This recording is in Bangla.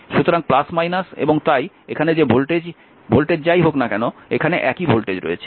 সুতরাং এবং তাই এখানে যে ভোল্টেজই হোক না কেন এখানে একই ভোল্টেজ রয়েছে